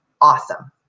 awesome